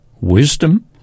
wisdom